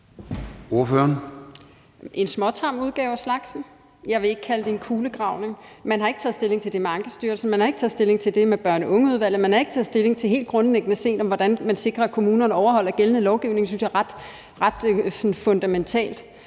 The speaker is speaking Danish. en småtam en af slagsen. Jeg vil ikke kalde det en kulegravning. Man har ikke taget stilling til det med Ankestyrelsen. Man har ikke taget stilling til det med børn og unge-udvalget. Man har helt grundlæggende ikke taget stilling til, hvordan man sikrer, at kommunerne overholder gældende lovgivning. Det synes jeg er ret fundamentalt.